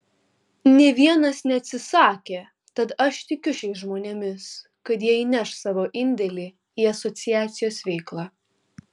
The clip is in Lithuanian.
nė vienas neatsisakė tad aš tikiu šiais žmonėmis kad jie įneš savo indėlį į asociacijos veiklą